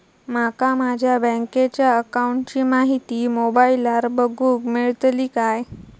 माका माझ्या बँकेच्या अकाऊंटची माहिती मोबाईलार बगुक मेळतली काय?